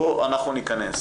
פה אנחנו ניכנס.